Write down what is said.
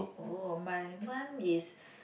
oh my one is